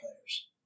players